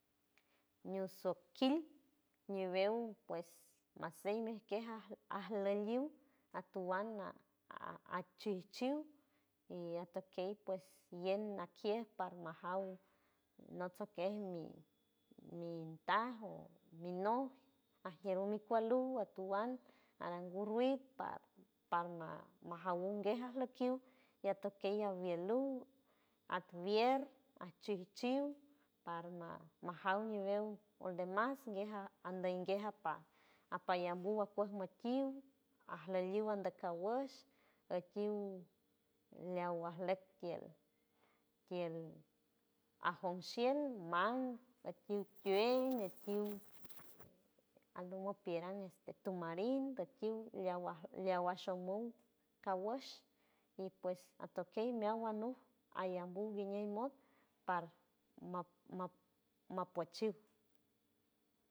Ñu sokil ñibeu pues maceimi queja aj aleliu atowand a achichiul y atokey pues yen akie parmajaw anok soke mi mi ta o mi no ajieru mi cualu atowand arangu ruid pa parma jaun guejan lu alokiu y atokey alielu advier achichiuld parma majaur ñibeu onde mas gueja ande guejan pa apayambu acuej makiu aleliu ande caguash akiu leagua lek kield kield ajon shield man akiu kien akiu e andoma pirian este tu marin doki leagua shonbu caguash y pues atokey meawand nu ayambu guiñey mod par map-map-mapuechiul.